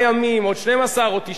אתם יודעים שהערוץ לא ייסגר.